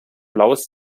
blaues